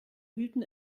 wühlten